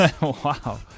Wow